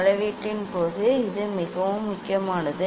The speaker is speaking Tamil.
அளவீட்டின் போது இது மிகவும் முக்கியமானது